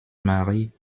marie